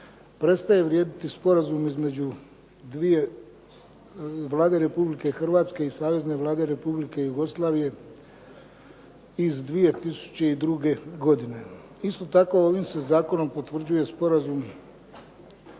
prestaje vrijediti sporazum između Vlade Republike Hrvatske i Savezne Vlade Republike Jugoslavije iz 2002. godine. Isto tako, ovim se zakonom potvrđuje sporazum